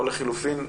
או לחילופין תכפילו,